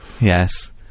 Yes